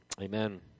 Amen